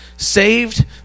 Saved